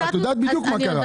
את יודעת בדיוק מה קרה.